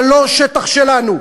זה לא שטח שלנו,